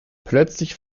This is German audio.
plötzlich